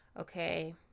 Okay